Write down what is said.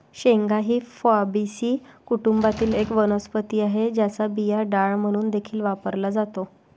शेंगा ही फॅबीसी कुटुंबातील एक वनस्पती आहे, ज्याचा बिया डाळ म्हणून देखील वापरला जातो